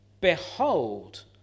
behold